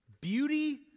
Beauty